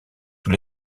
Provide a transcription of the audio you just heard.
sous